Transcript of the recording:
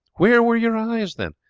where were your eyes, then?